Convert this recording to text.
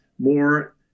more